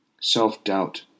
self-doubt